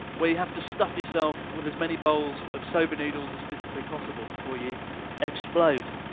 where you have to stuff yourself with as many bowls of soba noodles as physically possible before you explode?